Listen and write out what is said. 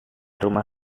rumah